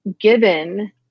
given